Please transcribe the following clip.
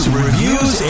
reviews